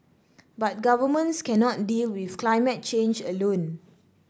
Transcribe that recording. but governments cannot deal with climate change alone